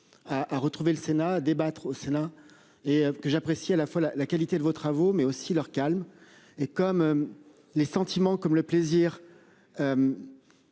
à retrouver le sénat débattre au Sénat et que j'apprécie à la fois la, la qualité de vos travaux mais aussi leur calme et comme. Les sentiments comme le plaisir.